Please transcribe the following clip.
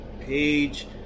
page